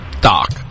Doc